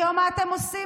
היום, מה אתם עושים?